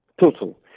Total